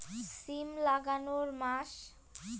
সিম লাগানোর মাস?